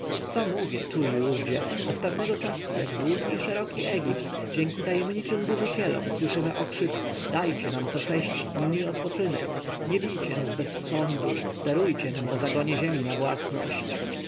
co mówię tu i ówdzie od pewnego czasu jak długi i szeroki egipt dzięki tajemniczym burzycielom słyszymy okrzyk dajcie nam co sześć dni odpoczynek nie bijcie nas bez sądu darujcie nam po zagonie ziemi na własność